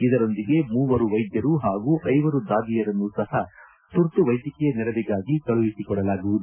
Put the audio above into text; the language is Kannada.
ಇದರೊಂದಿಗೆ ಮೂವರು ವೈದ್ಯರು ಹಾಗೂ ಐವರು ದಾದಿಯರನ್ನು ಸಪ ತುರ್ತು ವೈದ್ಯಕೀಯ ನೆರವಿಗಾಗಿ ಕಳುಹಿಸಿಕೊಡಲಾಗುವುದು